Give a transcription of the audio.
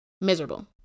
miserable